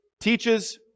teaches